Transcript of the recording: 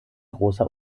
großer